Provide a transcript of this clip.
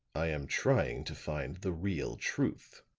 i am trying to find the real truth,